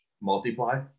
multiply